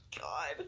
God